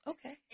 Okay